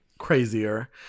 crazier